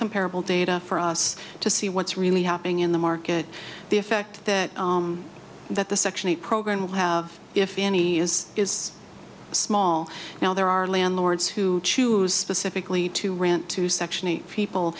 comparable data for us to see what's really happening in the market the effect that that the section eight program will have if any is small now there are landlords who choose specifically to rant to section eight people